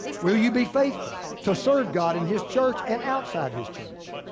will you be faithful to serve god in his church and outside his church?